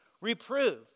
Reprove